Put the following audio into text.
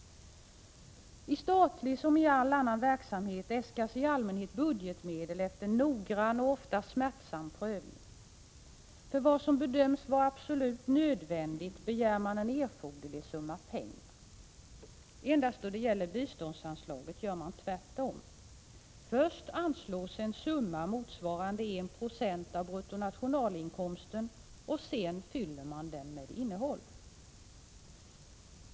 I statlig som i all annan verksamhet äskas i allmänhet budgetmedel efter noggrann och ofta smärtsam prövning. För vad som bedöms vara absolut nödvändigt begär man en erforderlig summa pengar. Endast då det gäller biståndsanslaget gör man tvärtom. Först anslås en summa motsvarande 1 26 av bruttonationalinkomsten. Sedan fyller man anslaget med innehåll.